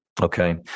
Okay